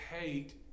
hate